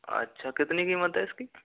अच्छा कितनी कीमत है इसकी